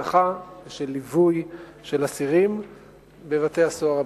אבטחה ושל ליווי אסירים בבתי-הסוהר הביטחוניים.